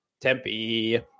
Tempe